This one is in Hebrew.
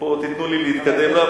תנו לי להתקדם.